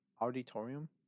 Auditorium